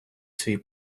свій